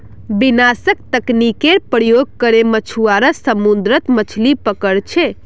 विनाशक तकनीकेर प्रयोग करे मछुआरा समुद्रत मछलि पकड़ छे